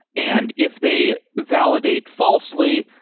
and if they validate falsely,